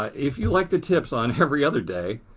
ah if you like the tips on every other day,